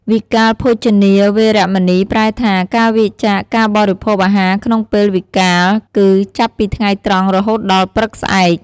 វិកាលភោជនា វេរមណី ប្រែថា ការវៀរចាកការបរិភោគអាហារក្នុងពេលវិកាល គឺចាប់ពីថ្ងៃត្រង់រហូតដល់ព្រឹកស្អែក។